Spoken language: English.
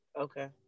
Okay